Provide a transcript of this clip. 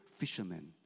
fishermen